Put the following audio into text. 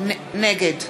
נגד